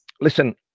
Listen